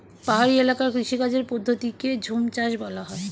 পাহাড়ি এলাকার কৃষিকাজের পদ্ধতিকে ঝুমচাষ বলা হয়